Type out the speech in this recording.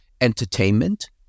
entertainment